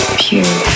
pure